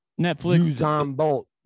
Netflix